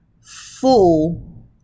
full